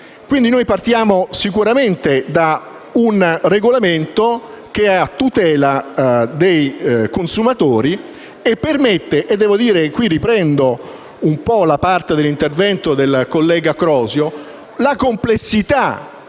partiamo sicuramente da un regolamento che è a tutela dei consumatori. E qui riprendo una parte dell'intervento del collega Crosio a proposito